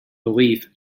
belief